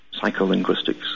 psycholinguistics